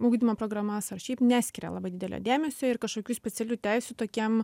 ugdymo programas ar šiaip neskiria labai didelio dėmesio ir kažkokių specialių teisių tokiem